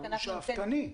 הוא שאפתני.